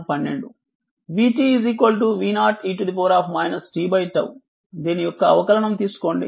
vt v 0 e t τ దీని యొక్క అవకలనం తీసుకోండి